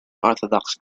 orthodox